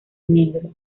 negro